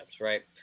right